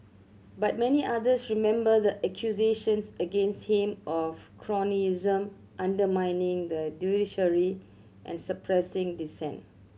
but many others remember the accusations against him of cronyism undermining the judiciary and suppressing dissent